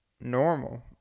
normal